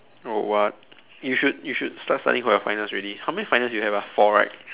oh what you should you should start studying for your finals already how many finals you have ah four right